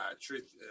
truth